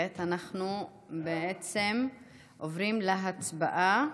כעת אנחנו עוברים להצבעה